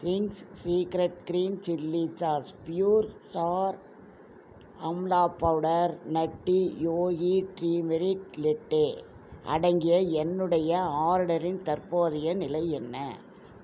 Ching's Secret cream chilli sauce pure ஷார் amla powder Nutty Yogi turmeric latte அடங்கிய என்னுடைய ஆர்டரின் தற்போதைய நிலை என்ன